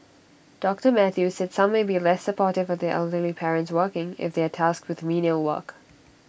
doctor Mathew said some may be less supportive of their elderly parents working if they are tasked with menial work